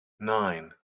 nine